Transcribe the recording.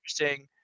interesting